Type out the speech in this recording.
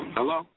Hello